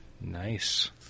Nice